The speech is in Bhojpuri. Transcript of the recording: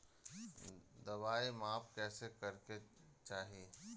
दवाई माप कैसे करेके चाही?